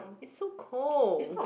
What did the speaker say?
it's so cold